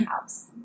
house